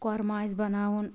کۄرمہٕ آسہِ بَناوُن